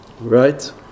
right